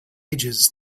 ages